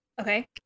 Okay